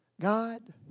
God